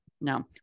No